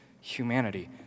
humanity